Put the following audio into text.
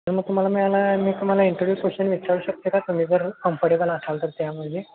तर मग तुम्हाला मी ना मी तुम्हाला इंटरव्यू क्वेशन विचारू शकतो का तुम्ही जर कमफटेबल असाल तर त्यामध्ये